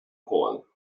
call